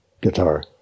guitar